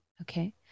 Okay